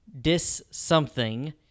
Dis-something